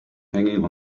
hanging